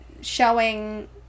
showing